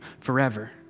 forever